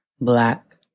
black